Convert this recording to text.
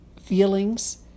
feelings